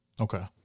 Okay